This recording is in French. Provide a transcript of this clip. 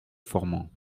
formans